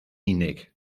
unig